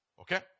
Okay